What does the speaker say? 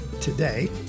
today